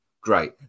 great